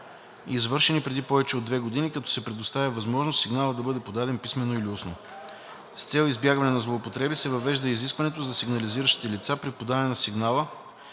извършени преди повече от две години, като се предоставя възможност сигналът да бъде подаден писмено или устно. С цел избягване на злоупотреби се въвежда изискването за сигнализиращите лица при подаване на сигнала